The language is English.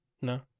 No